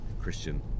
Christian